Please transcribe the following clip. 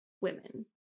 women